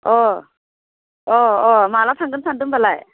अ अ अ माब्ला थांगोन सानदों होनबालाय